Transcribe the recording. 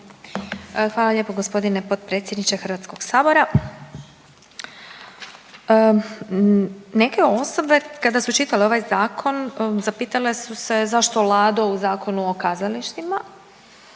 Hvala lijepo gospodine potpredsjedniče Hrvatskoga sabora. Neke osobe kada su čitale ovaj zakon zapitale su se zašto Lado u Zakonu o kazalištima.